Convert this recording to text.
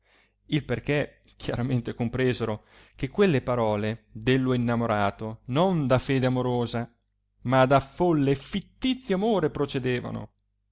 il perchè chiaramente compresero che quelle parole dello innamorato non da fede amorosa ma da folle e fittizio amore procedevano